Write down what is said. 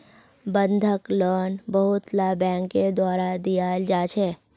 बंधक लोन बहुतला बैंकेर द्वारा दियाल जा छे